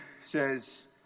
says